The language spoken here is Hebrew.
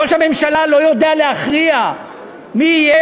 ראש הממשלה לא יודע להכריע מי יהיה